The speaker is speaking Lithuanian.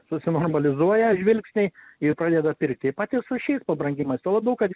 susinormalizuoja žvilgsniai ir pradeda pirkt taip pat ir su šiais pabrangimais tuo labiau kad